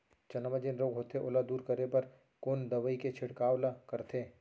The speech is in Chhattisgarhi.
चना म जेन रोग होथे ओला दूर करे बर कोन दवई के छिड़काव ल करथे?